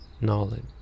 knowledge